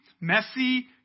Messy